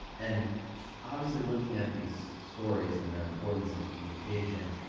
and obviously looking at these stories and their importance in communication,